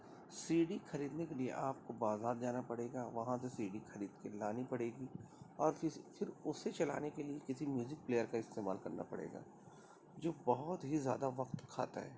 سی D خریدنے کے لیے آپ کو بازار جانا پڑے گا وہاں سے سی ڈی خرید کے لانی پڑے گی اور پھر اسے چلانے کے لیے کسی میوزک پلیئر کا استعمال کرنا پڑے گا جو بہت ہی زیادہ وقت کھاتا ہے